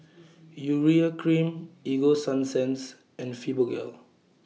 Urea Cream Ego Sunsense and Fibogel